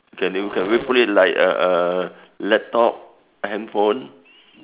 can you can we put it like a uh laptop handphone